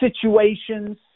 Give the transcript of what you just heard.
situations